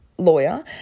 lawyer